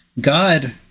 God